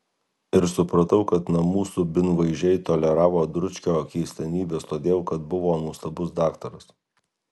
ir supratau kad namų subinlaižiai toleravo dručkio keistenybes todėl kad buvo nuostabus daktaras